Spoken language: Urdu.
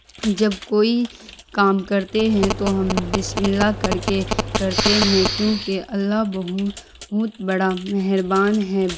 جب کوئی کام کرتے ہیں تو ہم بسم اللہ کر کے کرتے ہیں کیونکہ اللہ بہت بڑا مہربان ہیں